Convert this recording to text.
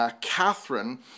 Catherine